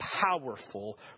powerful